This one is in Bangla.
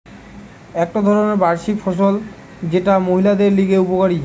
একটো ধরণকার বার্ষিক ফসল যেটা মহিলাদের লিগে উপকারী